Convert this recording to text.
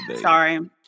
Sorry